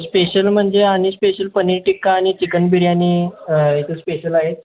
special म्हणजे आणि special paneer tikka आणि चिकन बिर्याणी इथे स्पेशल आहेत